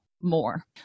more